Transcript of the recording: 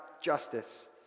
justice